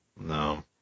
No